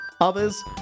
Others